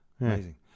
amazing